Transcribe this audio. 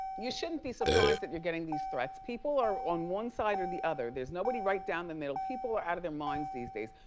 you shouldn't be surprised that you're getting these threats. people are on one side or the other. there's nobody right down the middle. people are out of their minds these days,